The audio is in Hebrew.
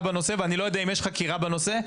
בנושא ואני לא יודע אם יש חקירה בנושא,